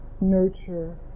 nurture